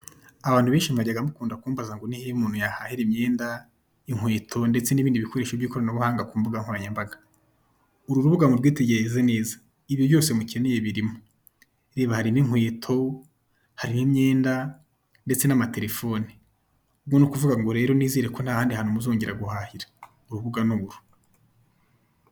Abantu benshi mwajyaga mukunda kumbaza ngo ni hehe umuntu yahahira imyenda, inkweto ndetse n'ibindi bikoresho by'ikoranabuhanga ku mbuga nkoranyambaga, uru rubuga murwitegereze neza, ibi byose mukeneye birimo, reba harimo n'inkweto hariho imyenda ndetse n'amatelefoni. Ubwo ni ukuvuga ngo rero nizere ko ntahandi hantu muzongera guhahira. Urubuga ni uru.